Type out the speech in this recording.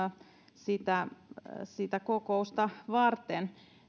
sitä sitä kokousta varten